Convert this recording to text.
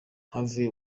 harvey